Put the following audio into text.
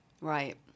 Right